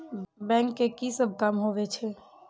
Bank के की सब काम होवे छे?